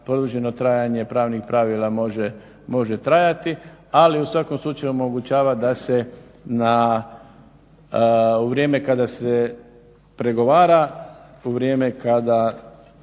produženo trajanje pravnih pravila može trajati, ali u svakom slučaju omogućava da se u vrijeme kada se pregovara, u vrijeme kada